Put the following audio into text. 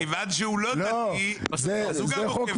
כיוון שהוא לא דתי הוא גם עוקף בג"ץ.